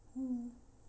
mm